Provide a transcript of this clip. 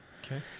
Okay